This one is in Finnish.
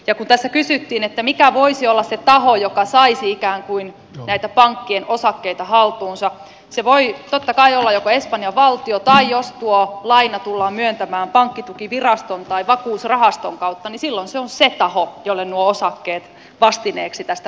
kun tässä kysyttiin mikä voisi olla se taho joka saisi ikään kuin näitä pankkien osakkeita haltuunsa se voi totta kai olla joko espanjan valtio tai jos tuo laina tullaan myöntämään pankkitukiviraston tai vakuusrahaston kautta niin silloin se on se taho jolle nuo osakkeet vastineeksi tästä pääomittamisesta tulevat